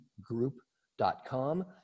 group.com